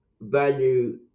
value